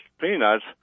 peanuts